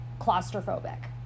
claustrophobic